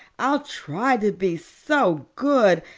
i'll try to be so good.